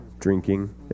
Drinking